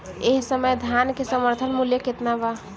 एह समय धान क समर्थन मूल्य केतना बा?